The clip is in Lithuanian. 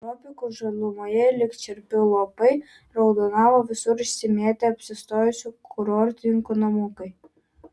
tropikų žalumoje lyg čerpių lopai raudonavo visur išsimėtę apsistojusių kurortininkų namukai